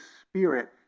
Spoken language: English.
Spirit